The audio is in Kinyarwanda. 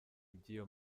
iby’iyo